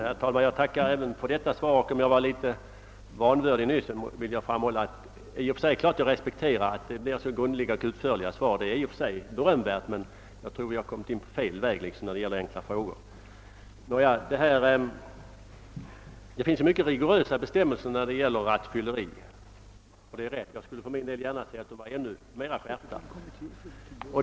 Herr talman! Jag tackar även för detta svar. Om jag var litet vanvördig nyss vill jag nu framhålla, att jag naturligtvis respekterar att svaren är så grundliga och utförliga. Det är i och för sig berömvärt, men jag tror ändå att vi har kommit in på fel väg när det gäller enkla frågor. Det finns mycket rigorösa bestämmel ser i fråga om rattfylleri, och det är rätt; jag skulle för min del gärna se att de var ännu mera skärpta.